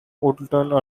woolton